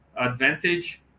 advantage